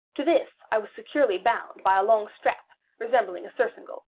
to this i was securely bound by a long strap resembling a surcingle.